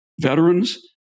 veterans